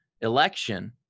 Election